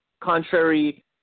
contrary